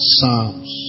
Psalms